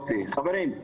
שלום, חברים,